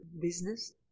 business